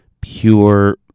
pure